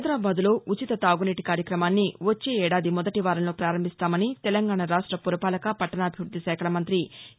హైదరాబాద్లో ఉచిత తాగునీటి కార్యక్రమాన్ని వచ్చే ఏడాది మొదటి వారంలో పారంభిస్తామని తెలంగాణా రాష్ట్ర పురపాలక పట్టణాభివృద్ది శాఖల మంతి కే